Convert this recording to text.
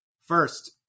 first